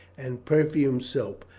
and perfumed soap.